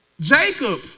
Jacob